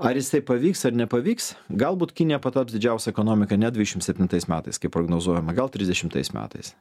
ar jisai pavyks ar nepavyks galbūt kinija pataps didžiausia ekonomika ne dvidešim septintais metais kaip prognozuojama gal trisdešimtais metais